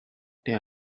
there